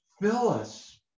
Phyllis